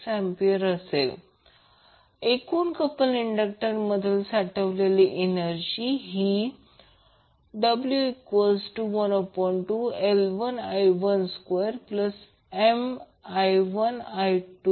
284A एकूण couple इंडक्टरमध्ये साठवलेली एनर्जी आहे w12L1i12Mi1i212L2i2220